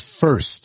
first